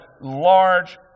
large